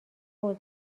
اوضاع